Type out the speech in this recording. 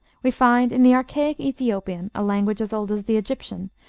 we find in the archaic ethiopian, a language as old as the egyptian,